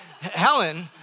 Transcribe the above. Helen